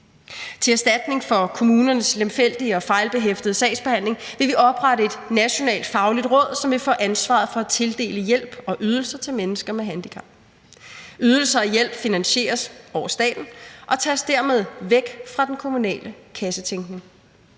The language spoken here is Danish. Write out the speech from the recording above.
Til erstatning for kommunernes lemfældige og fejlbehæftede sagsbehandling vil vi oprette et nationalt fagligt råd, som vil få ansvaret for at tildele hjælp og ydelser til mennesker med handicap. Ydelser og hjælp finansieres over staten og tages dermed væk fra den kommunale kassetænkning.